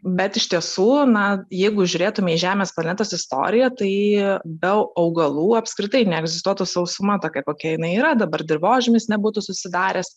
bet iš tiesų na jeigu žiūrėtume į žemės planetos istoriją tai be augalų apskritai neegzistuotų sausuma tokia kokia jinai yra dabar dirvožemis nebūtų susidaręs